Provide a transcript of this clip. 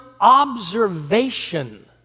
observation